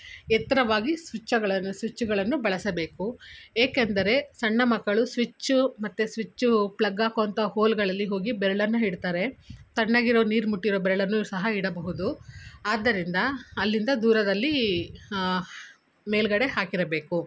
ಎತ್ತರವಾಗಿ ಸ್ವಿಚ್ಚಗಳನ್ನು ಸ್ವಿಚ್ಗಳನ್ನು ಬಳಸಬೇಕು ಏಕೆಂದರೆ ಸಣ್ಣ ಮಕ್ಕಳು ಸ್ವಿಚ್ಚು ಮತ್ತೆ ಸ್ವಿಚ್ ಪ್ಲಗ್ ಹಾಕೋವಂಥ ಹೋಲ್ಗಳಲ್ಲಿ ಹೋಗಿ ಬೆರಳನ್ನು ಇಡ್ತಾರೆ ತಣ್ಣಗಿರೋ ನೀರು ಮುಟ್ಟಿರೋ ಬೆರಳನ್ನು ಸಹ ಇಡಬಹುದು ಆದ್ದರಿಂದ ಅಲ್ಲಿಂದ ದೂರದಲ್ಲಿ ಮೇಲುಗಡೆ ಹಾಕಿರಬೇಕು